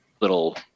little